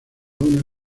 uno